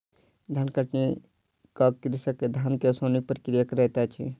धान कटनी कअ के कृषक धान के ओसौनिक प्रक्रिया करैत अछि